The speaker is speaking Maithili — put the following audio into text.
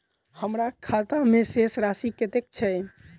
हम्मर खाता मे शेष राशि कतेक छैय?